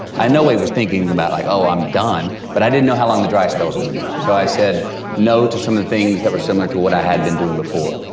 i in no way was thinking about, like oh, i'm done. but, i didn't know how long the dry spell was going to go. so, i said no to some of the things that were similar to what i had been doing before.